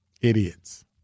Idiots